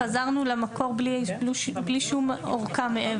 חזרנו למקור בלי שום אורכה מעבר.